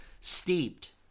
steeped